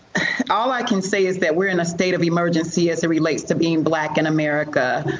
all i can say is that we're in a state of emergency as it relates to being black in america.